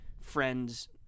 friends –